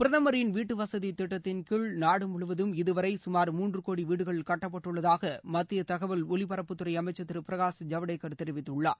பிரதமரின் வீட்டு வசதி திட்டத்தின் கீழ் நாடு முழுவதும் இதுவரை சுமார் மூன்று கோடி வீடுகள் கட்டப்பட்டுள்ளதாக மத்திய தகவல் ஒலிபரப்புத்துறை அமைச்ச் திரு பிரகாஷ் ஜவடேகர் தெரிவித்துள்ளார்